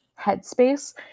headspace